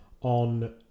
on